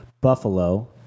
BUFFALO